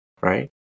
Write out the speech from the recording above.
Right